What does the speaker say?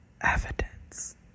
evidence